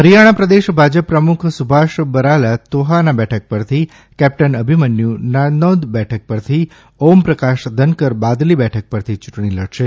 હરિથાણા પ્રદેશ ભાજપ પ્રમુખ સુભાષ બરાલા તોહાના બેઠક પરથી કેપ્ટન અભિમન્યુ નારનૌંદ બેઠક પરથી ઓમપ્રકાશ ધનકર બાદલી બેઠક પરથી યૂંટણી લડશે